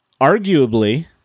arguably